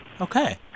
okay